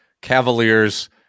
Cavaliers –